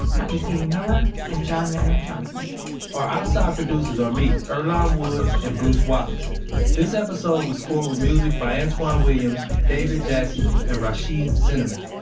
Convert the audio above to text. pat mesiti-miller, and john yahya johnson our outside producers are me, earlonne woods, and bruce wallace this episode was scored with music by antwan williams, david jassy, and rhashiyd zinnamon.